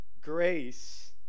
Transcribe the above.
grace